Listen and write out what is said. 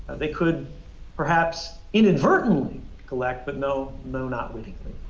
they could perhaps inadvertently collect, but no. no, not willingly.